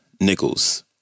Nichols